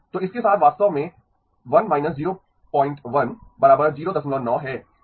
तो इसके साथ वास्तव में 1 01 09 है